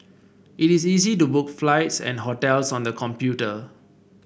it is easy to book flights and hotels on the computer